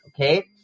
okay